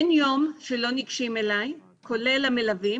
אין יום שלא ניגשים אליי כולל המלווים